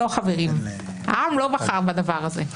לא חברים, העם לא בחר בדבר הזה.